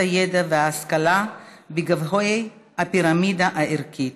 הידע וההשכלה במעלה הפירמידה הערכית.